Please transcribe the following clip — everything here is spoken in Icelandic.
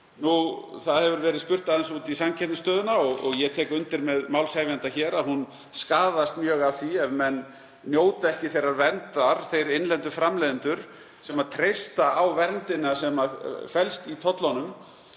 Aðeins hefur verið spurt út í samkeppnisstöðuna og ég tek undir með málshefjanda að hún skaðast mjög af því ef menn njóta ekki þeirrar verndar, þeir innlendu framleiðendur sem treysta á verndina sem felst í tollunum.